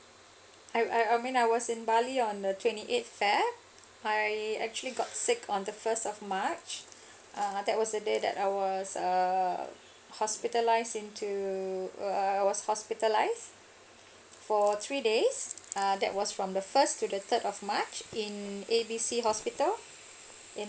I I mean I was in bali on the twenty eighth feb I actually got sick on the first of march uh that was a day that I was um hospitalized into uh I was hospitalized for three days uh that was from the first to the third of march in A B C hospital